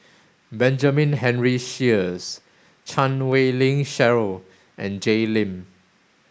Benjamin Henry Sheares Chan Wei Ling Cheryl and Jay Lim